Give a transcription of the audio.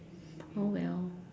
oh well